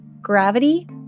Gravity